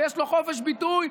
ויש לו חופש ביטוי,